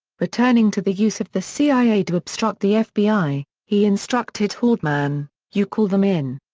returning to the use of the cia to obstruct the fbi, he instructed haldeman you call them in.